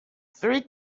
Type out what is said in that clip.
three